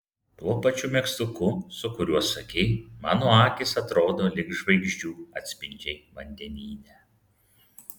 tuo pačiu megztuku su kuriuo sakei mano akys atrodo lyg žvaigždžių atspindžiai vandenyne